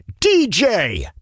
DJ